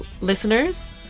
listeners